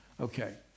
Okay